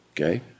Okay